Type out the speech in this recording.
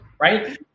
Right